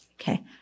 Okay